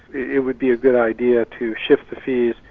it would be a good idea to shift the fees.